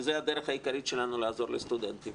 שזו הדרך העיקרית שלנו לעזור לסטודנטים,